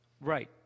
Right